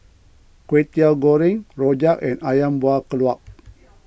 Kway Teow Goreng Rojak and Ayam Buah Keluak